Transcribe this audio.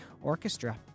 orchestra